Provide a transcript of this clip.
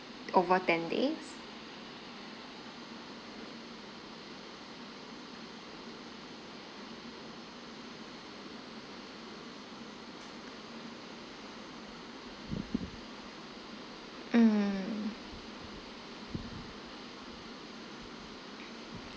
over ten days mm